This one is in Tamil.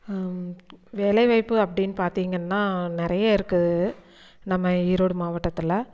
வேலைவாய்ப்பு அப்படின்னு பார்த்திங்கன்னா நிறைய இருக்குது நம்ம ஈரோடு மாவட்டத்தில்